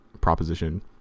proposition